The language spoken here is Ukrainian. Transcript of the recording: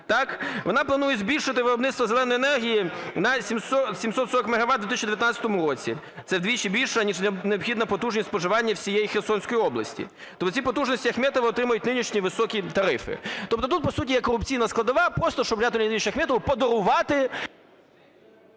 Вона планує збільшити виробництво "зеленої" енергії на 740 мегават в 2019 році. Це вдвічі більше, аніж необхідні потужні споживання всієї Херсонської області. Тобто ці потужності Ахметова отримають нинішні високі тарифи. Тобто тут по суті є корупційна складова, просто щоб Рінату Леонідовичу Ахметову подарувати…